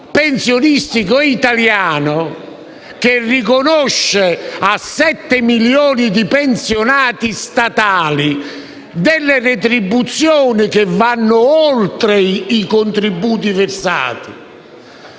pensionistico italiano a riconoscere a 7 milioni di pensionati statali retribuzioni che vanno oltre i contributi versati.